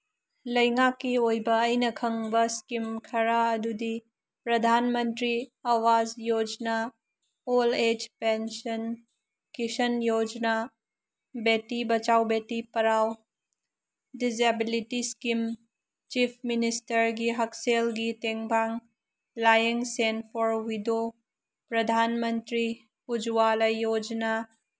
ꯂꯩꯉꯥꯛꯀꯤ ꯑꯣꯏꯕ ꯑꯩꯅ ꯈꯪꯕ ꯏꯁꯀꯤꯝ ꯈꯔ ꯑꯗꯨꯗꯤ Pradhan Mantri Awas Yojana old age pension Kisan Yojana Beti Bachao Beti Padhao disability scheme chief ꯃꯤꯅꯤꯁꯇꯔꯒꯤ ꯍꯛꯁꯦꯜꯒꯤ ꯇꯦꯡꯕꯥꯡ ꯂꯥꯏꯌꯦꯡ cell for widow Pradhan Mantri Ujjwala Yojana